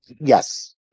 yes